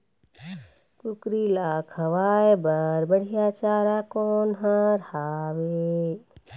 कुकरी ला खवाए बर बढीया चारा कोन हर हावे?